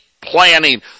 planning